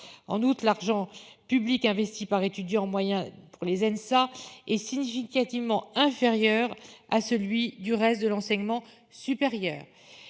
en août l'argent public investi par étudiant moyen pour les Elsa est significativement inférieur à celui du reste de l'enseignement supérieur